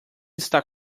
está